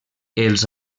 els